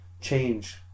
change